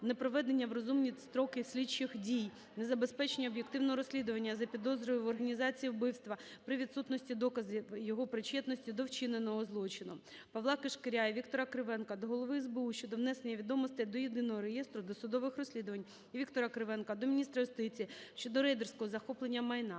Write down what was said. непроведення у розумні строки слідчих дій, незабезпечення об'єктивного розслідування за підозрою в організації вбивства при відсутності доказів його причетності до вчиненого злочину. Павла Кишкаря і Віктора Кривенка до Голови СБУ щодо внесення відомостей до Єдиного реєстру досудових розслідувань. Віктора Кривенка до міністра юстиції щодо рейдерського захоплення майна.